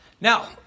Now